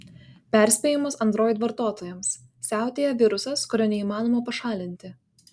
perspėjimas android vartotojams siautėja virusas kurio neįmanoma pašalinti